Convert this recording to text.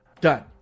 done